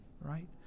Right